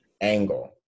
angle